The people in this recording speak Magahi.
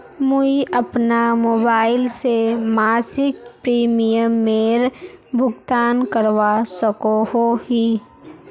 मुई अपना मोबाईल से मासिक प्रीमियमेर भुगतान करवा सकोहो ही?